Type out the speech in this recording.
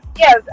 Yes